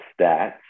stats